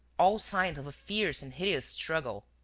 all signs of a fierce and hideous struggle.